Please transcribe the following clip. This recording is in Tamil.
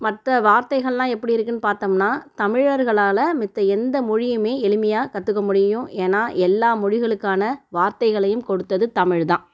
மற்ற வார்த்தைகள்லாம் எப்படி இருக்குன்னு பார்த்தம்னா தமிழர்களால் மித்த எந்த மொழியுமே எளிமையாக கற்றுக்க முடியும் ஏன்னா எல்லா மொழிகளுக்கான வார்த்தைகளையும் கொடுத்தது தமிழ்தான்